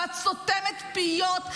ואת סותמת פיות.